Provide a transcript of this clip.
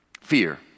fear